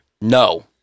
No